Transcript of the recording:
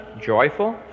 Joyful